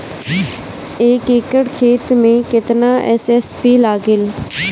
एक एकड़ खेत मे कितना एस.एस.पी लागिल?